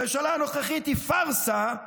הממשלה הנוכחית היא פארסה.